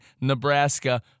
Nebraska